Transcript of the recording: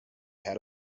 had